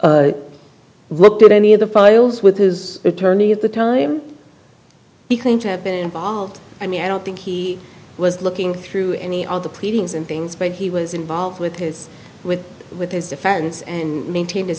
have looked at any of the files with his attorney at the time became to have been involved i mean i don't think he was looking through any of the pleadings and things but he was involved with his with with his defense and maintain